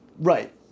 right